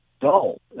dull